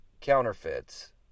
counterfeits